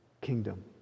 kingdom